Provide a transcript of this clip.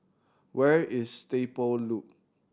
where is Stable Loop